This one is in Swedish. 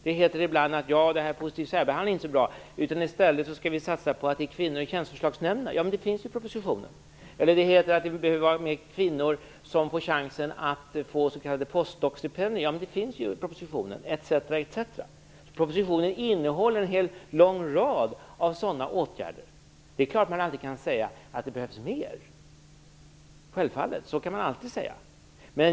Det heter ibland att positiv särbehandling inte är så bra och att vi i stället skall satsa på att få in kvinnor i Tjänsteförslagsnämnderna. Detta finns med i propositionen. Eller det heter att fler kvinnor behöver få chansen att få s.k. post-doc-stipendier. Också detta finns med i propositionen. Propositionen innehåller en hel lång rad av sådana åtgärder. Det är klart att man alltid kan säga att det behövs mer. Så kan man självfallet alltid säga.